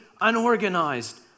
unorganized